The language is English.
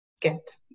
get